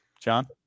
John